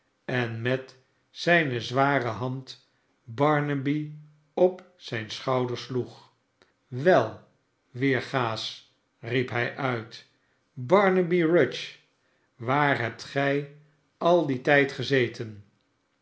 en met zijne zware hand barnaby op zijn schouder sloeg wel weergaas riep hij uit barnaby rudge waar hebt gij al dien tijd geze ten